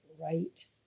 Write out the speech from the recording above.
right